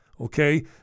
okay